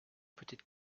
petite